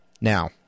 Now